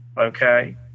Okay